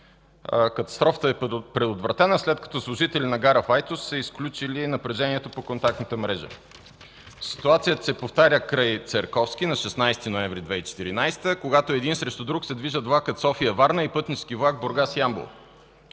Катастрофата е предотвратена, след като служители на гарата в Айтос са изключили напрежението по контактната мрежа. Ситуацията се повтаря край Церковски на 16 ноември 2014 г., когато един срещу друг се движат влак София – Варна и пътнически влак Бургас – Ямбол.